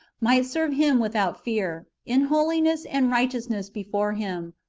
might serve him without fear, in holiness and righteousness before him,